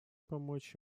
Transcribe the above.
помочь